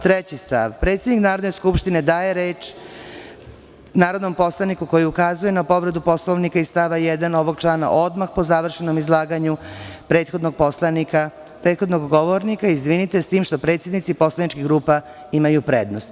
Treći stav – Predsednik Narodne skupštine daje reč narodnom poslaniku koji ukazuje na povredu Poslovnika iz stava 1. ovog člana odmah po završenom izlaganju prethodnog govornika, s tim što predsednici poslaničkih grupa imaju prednost.